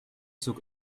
zog